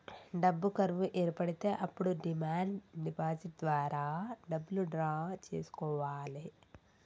డబ్బు కరువు ఏర్పడితే అప్పుడు డిమాండ్ డిపాజిట్ ద్వారా డబ్బులు డ్రా చేసుకోవాలె